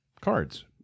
cards